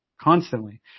constantly